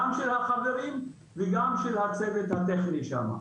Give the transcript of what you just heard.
גם של החברים וגם של הצוות הטכני שם.